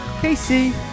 Casey